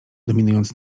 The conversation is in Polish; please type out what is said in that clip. dominując